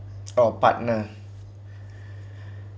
or partner